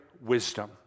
wisdom